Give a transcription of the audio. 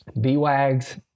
B-Wags